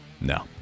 No